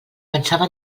pensava